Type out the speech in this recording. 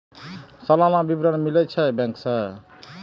सलाना विवरण मिलै छै बैंक से?